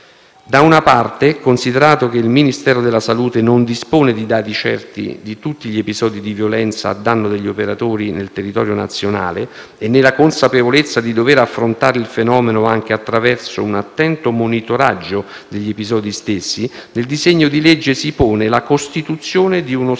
Da una parte, considerato che il Ministero della salute non dispone di dati certi di tutti gli episodi di violenza a danno degli operatori nel territorio nazionale, e nella consapevolezza di dover affrontare il fenomeno anche attraverso un attento monitoraggio degli episodi stessi, nel disegno di legge si propone la costituzione di un